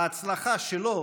ההצלחה שלו